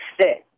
Six